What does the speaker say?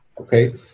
Okay